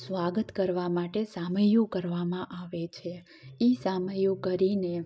સ્વાગત કરવા માટે સામૈયુ કરવામાં આવે છે એ સામૈયુ કરીને